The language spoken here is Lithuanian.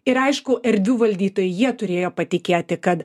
ir aišku erdvių valdytojai jie turėjo patikėti kad